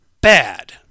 bad